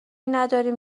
نداریم